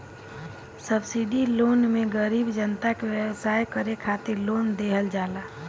subsidy loan मे गरीब जनता के व्यवसाय करे खातिर लोन देहल जाला